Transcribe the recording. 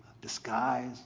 disguise